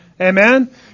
Amen